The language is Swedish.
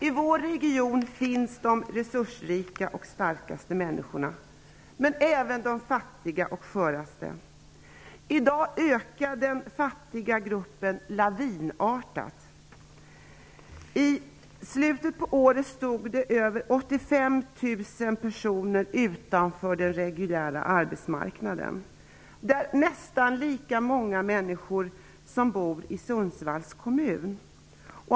I vår region finns de resursrika och starkaste människorna men även de fattiga och sköraste. I dag ökar den fattiga gruppen lavinartat. I slutet på året stod över 85 000 personer utanför den reguljära arbetsmarknaden. Det är nästan lika många människor som det bor i Sundsvalls kommun.